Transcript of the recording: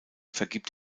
vergibt